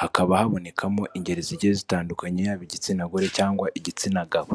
hakaba habonekamo ingeri zigiye zitandukanya yaba igitsina gore cyangwa igitsina gabo.